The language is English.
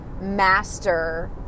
master